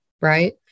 right